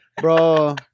bro